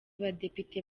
badepite